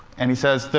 and he says,